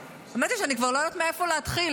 האמת היא שאני כבר לא יודעת מאיפה להתחיל,